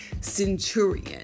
centurion